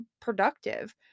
productive